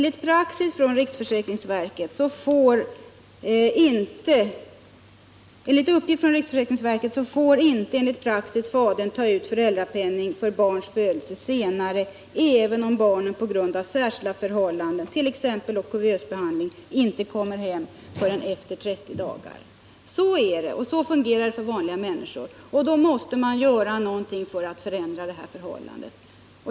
Herr talman! Enligt uppgift från riksförsäkringsverket får inte enligt praxis fadern ta ut föräldrapenning för barns födelse senare, även om barnet på grund av särskilda förhållanden, t.ex. kuvösbehandling, inte kommer hem förrän efter 30 dagar. Så fungerar det för vanliga människor. Då måste man göra någonting för att förändra detta förhållande.